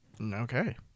Okay